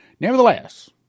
Nevertheless